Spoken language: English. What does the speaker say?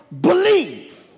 believe